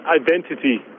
identity